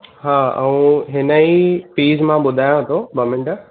हा ऐं हिनजी फ़ीस मां ॿुधायांव थो ॿ मिन्ट